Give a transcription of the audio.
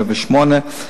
108,